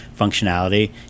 functionality